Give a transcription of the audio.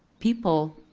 people,